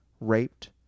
raped